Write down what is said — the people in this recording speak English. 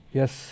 yes